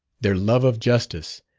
their love of justice,